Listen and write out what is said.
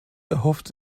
erhofft